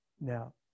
Now